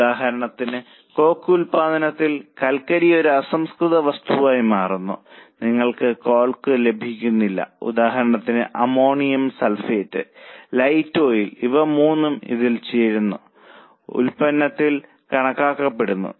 ഉദാഹരണത്തിന് കോക്ക് ഉൽപ്പാദനത്തിൽ കൽക്കരി ഒരു അസംസ്കൃത വസ്തുവായി മാറുന്നു നിങ്ങൾക്ക് കോക്ക് ലഭിക്കുന്നില്ല ഉദാഹരണത്തിന് അമോണിയ സൾഫേറ്റ് ലൈറ്റ് ഓയിൽ ഇവ മൂന്നും ഇതിൽ ചേരുന്ന ഉൽപ്പന്നങ്ങളായി കണക്കാക്കപ്പെടുന്നു